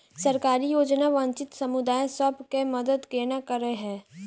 सरकारी योजना वंचित समुदाय सब केँ मदद केना करे है?